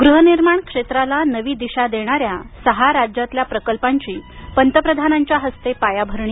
गृहनिर्माण क्षेत्राला नवी दिशा देणाऱ्या सहा राज्यातल्या प्रकल्पांची पंतप्रधानांच्या हस्ते पायाभरणी